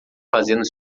fazendo